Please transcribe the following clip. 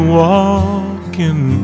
walking